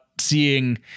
seeing